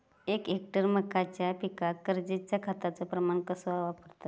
एक हेक्टर मक्याच्या पिकांका गरजेच्या खतांचो प्रमाण कसो वापरतत?